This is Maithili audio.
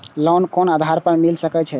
लोन कोन आधार पर मिल सके छे?